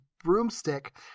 broomstick